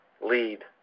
lead